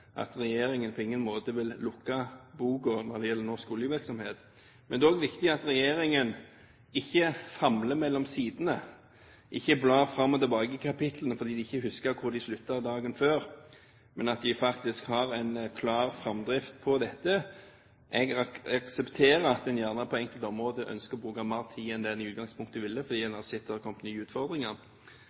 at regjeringen på ingen måte vil lukke boka når det gjelder norsk oljevirksomhet. Det er også viktig at regjeringen ikke famler mellom sidene, at man ikke blar fram og tilbake i kapitlene fordi man ikke husker hvor de sluttet dagen før, men at man faktisk har en klar framdrift på dette. Jeg aksepterer at man på enkelte områder gjerne ønsker å bruke mer tid enn det man i utgangspunktet ville, fordi man har sett at det har kommet nye utfordringer.